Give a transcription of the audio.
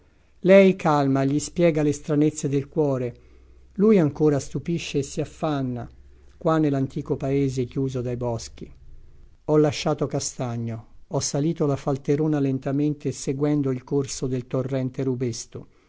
lei calma gli spiega le stranezze del cuore lui ancora stupisce e si affanna qua nell'antico paese chiuso dai boschi ho lasciato castagno ho salito la falterona lentamente seguendo il corso del torrente rubesto